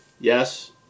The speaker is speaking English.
yes